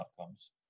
outcomes